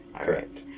Correct